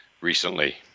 recently